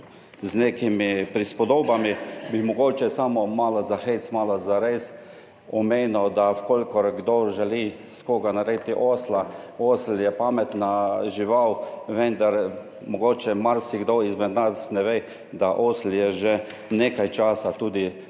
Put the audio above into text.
z nekimi prispodobami bi mogoče samo malo za hec, malo zares omenil, da v kolikor kdo želi s koga narediti osla, osel je pametna žival, vendar mogoče marsikdo izmed nas ne ve, da osel je že nekaj časa tudi